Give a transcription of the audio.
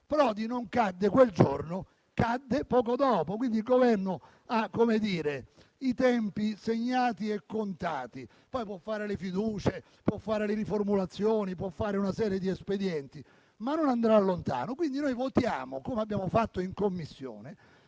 Prodi non cadde quel giorno, cadde poco dopo, quindi il Governo ha i tempi segnati e contati: può ricorrere alle fiducie, alle riformulazioni e a una serie di espedienti, ma non andrà lontano. Noi votiamo, come fatto in Commissione,